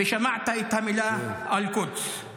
ושמעת את המילה "אל-קודס".